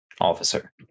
officer